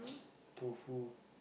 tofu